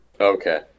Okay